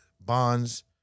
bonds